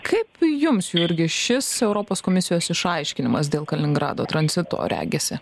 kaip jums jurgi šis europos komisijos išaiškinimas dėl kaliningrado tranzito regisi